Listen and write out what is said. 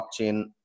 blockchain